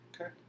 Okay